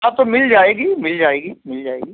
हाँ तो मिल जाएगी मिल जाएगी मिल जाएगी